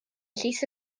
llys